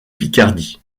picardie